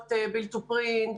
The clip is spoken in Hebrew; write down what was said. מבוססות build to print,